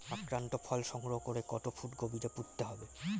আক্রান্ত ফল সংগ্রহ করে কত ফুট গভীরে পুঁততে হবে?